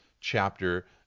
chapter